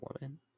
Woman